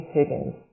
Higgins